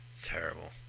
Terrible